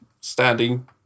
standing